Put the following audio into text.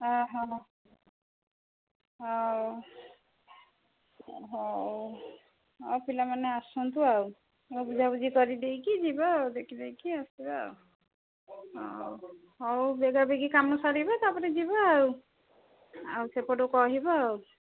ହଁ ହଁ ହଉ ହଉ ପିଲାମାନେ ଆସନ୍ତୁ ଆଉ ବୁଝାବୁଝି କରିଦେଇକି ଯିବା ଆଉ ଦେଖି ଦେଇକି ଆସିବା ଆଉ ହଁ ଆଉ ହଉ ବେଗା ବେଗି କାମ ସାରିବା ତାପରେ ଯିବା ଆଉ ଆଉ ସେପଟୁ କହିବ ଆଉ